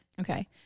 Okay